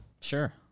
Sure